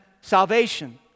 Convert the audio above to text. salvation